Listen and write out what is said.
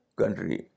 country